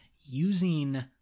using